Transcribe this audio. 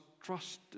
trust